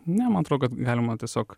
ne man atrodo kad galima tiesiog